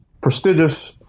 prestigious